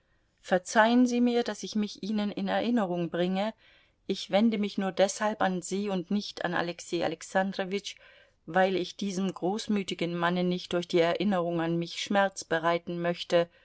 verzeihen sie mir daß ich mich ihnen in erinnerung bringe ich wende mich nur deshalb an sie und nicht an alexei alexandrowitsch weil ich diesem großmütigen manne nicht durch die erinnerung an mich schmerz bereiten möchte